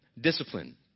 discipline